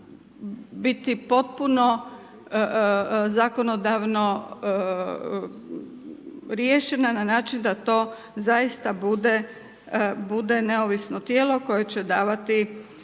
biti potpuno zakonodavno riješena na način da to zaista bude neovisno tijelo koje će davati